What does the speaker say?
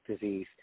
disease